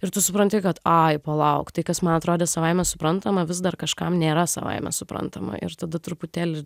ir tu supranti kad ai palauk tai kas man atrodė savaime suprantama vis dar kažkam nėra savaime suprantama ir tada truputėlį